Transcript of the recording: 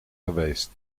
geweest